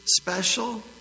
special